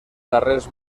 darrers